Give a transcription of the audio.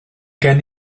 gen